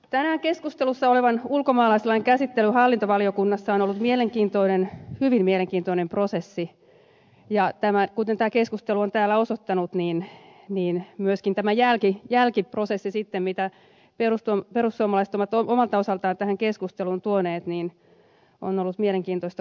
tänään keskustelussa olevan ulkomaalaislain käsittely hallintovaliokunnassa on ollut hyvin mielenkiintoinen prosessi ja kuten tämä keskustelu on täällä osoittanut niin myöskin tämä jälkiprosessi sitten mitä perussuomalaiset ovat omalta osaltaan tähän keskusteluun tuoneet on ollut mielenkiintoista kuultavaa